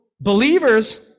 believers